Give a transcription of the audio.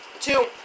Two